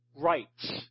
rights